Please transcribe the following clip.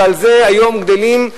ועל זה היום גדלים,